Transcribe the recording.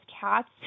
cats